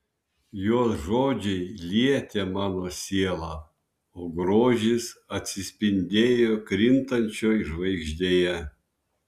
jos žodžiai lietė mano sielą o grožis atsispindėjo krintančioj žvaigždėje